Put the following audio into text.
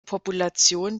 population